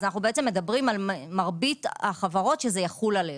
אנו מדברים על מרבית החברות, שזה יחול עליהם.